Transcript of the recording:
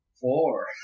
Four